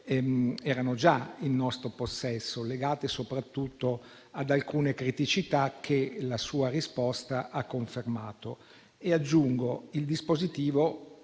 erano già in nostro possesso, riferite soprattutto ad alcune criticità che la sua risposta ha confermato. Aggiungo che il dispositivo